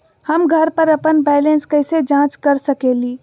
हम घर पर अपन बैलेंस कैसे जाँच कर सकेली?